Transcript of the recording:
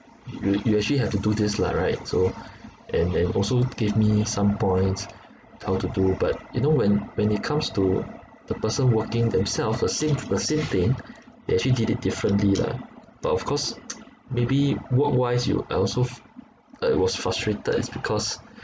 you you actually have to do this lah right so and and also gave me some points how to do but you know when when it comes to the person working themself the same the same thing they actually did it differently lah but of course maybe work wise you I also f~ I was frustrated it's because